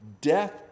death